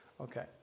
Okay